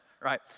right